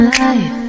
life